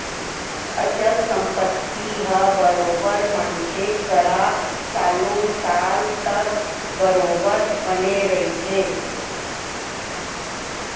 अचल संपत्ति ह बरोबर मनखे करा सालो साल तक बरोबर बने रहिथे